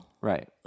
Right